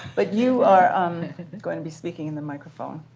but you are um going to be speaking in the microphone.